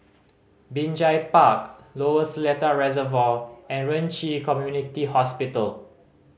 Binjai Park Lower Seletar Reservoir and Ren Ci Community Hospital